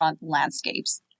landscapes